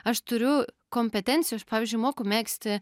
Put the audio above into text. aš turiu kompetencijų aš pavyzdžiui moku megzti